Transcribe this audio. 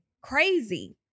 crazy